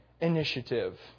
initiative